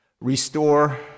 restore